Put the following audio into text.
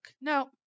No